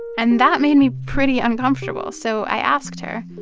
and that made me pretty uncomfortable. so i asked her,